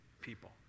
people